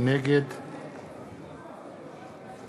נגד צחי הנגבי, נגד יצחק